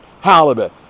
halibut